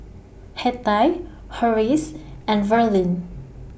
Hettie Horace and Verlin